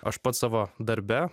aš pats savo darbe